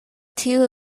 tiu